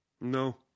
No